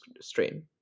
stream